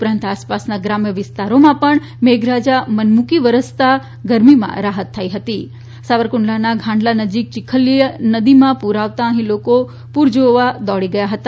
ઉપરાંત આસપાસના ગ્રામ્ય વિસ્તારોમા પણ મેઘરાજા મનમુકીને વરસતા પડતા ગરમીમાં રાહત થઇ હતી સાવરકુંડલાના ઘાંડલા નજીક ચીખલીયો નદીમા પુર આવતા લોકો પૂરના પાણી જોવા દોડી ગયા હતા